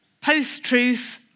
Post-Truth